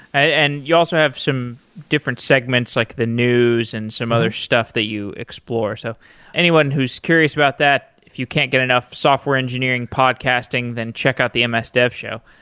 and you also have some different segments, like the news and some other stuff that you explore. so anyone who's curious about that, if you can't get enough software engineering podcasting, then check out the um ms dev show.